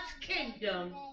kingdom